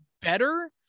better